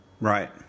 Right